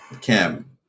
Kim